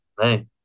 Hey